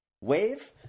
wave